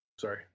Sorry